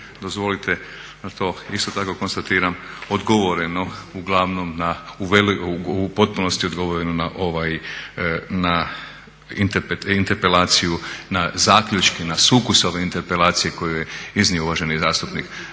dozvolite da to isto tako konstatiram, odgovoreno uglavnom na, u potpunosti odgovoreno na ovaj, na interpelaciju, na zaključke, na sukus ove interpelacije koju je iznio uvaženi zastupnik